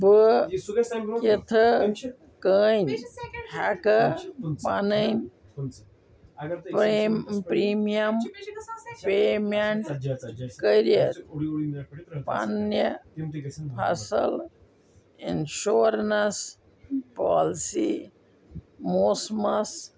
بہٕ کِتھٕ کٔنۍ ہٮ۪کہٕ پنٕنۍ پریم پِرمِیم پیٚمٮ۪نٛٹ کٔرِتھ پننہِ فصٕل اِنشورنَس پالیسی موسمس